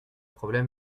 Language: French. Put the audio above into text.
problème